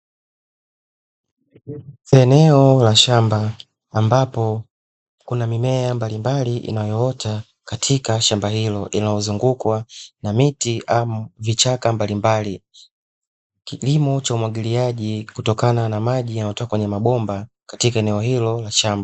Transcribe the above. Eneo la shamba ambapo kuna mimea mbalimbali inayoota katika shamba hilo, inayozungukwa na miti au vichaka mbalimbali . Kilimo cha umwagiliaji kutokana na maji yanayotoka kwenye mabomba katika eneo hilo la shamba.